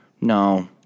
no